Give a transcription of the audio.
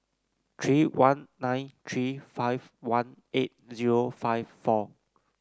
three one nine three five one eight zero five four